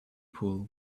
pool